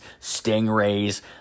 stingrays